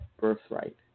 birthright